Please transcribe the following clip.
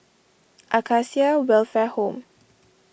Acacia Welfare Home